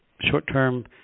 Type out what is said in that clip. short-term